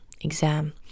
exam